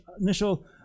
initial